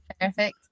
perfect